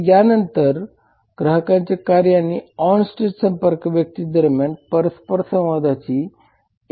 तर यानंतर ग्राहकांचे कार्य आणि ऑनस्टेज संपर्क व्यक्ती दरम्यान परस्परसंवादाची एक ओळ आहे